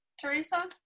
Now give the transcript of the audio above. Teresa